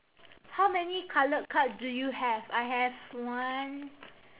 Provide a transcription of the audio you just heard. how many coloured cards do you have I have one